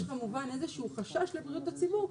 אם יש כמובן איזשהו חשש לבריאות הציבור,